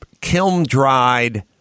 kiln-dried